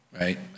right